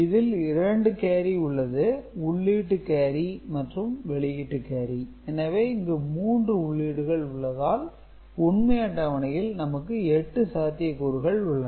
இதில் 2 கேரி உள்ளது உள்ளீட்டு கேரி மற்றும் வெளியீட்டு கேரி எனவே இங்கு 3 உள்ளீடுகள் உள்ளதால் உண்மை அட்டவணையில் நமக்கு எட்டு சாத்தியக்கூறுகள் உள்ளன